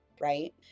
right